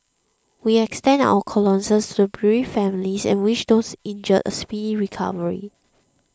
we extend our condolences to the bereaved families and wish those injured a speedy recovery